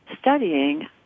studying